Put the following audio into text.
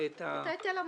את ההיטל המלא.